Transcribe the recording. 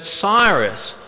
Cyrus